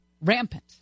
Rampant